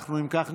אם כך,